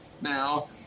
now